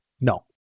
No